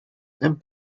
and